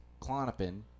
clonopin